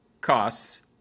costs